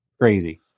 Crazy